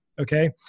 okay